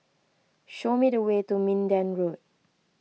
show me the way to Minden Road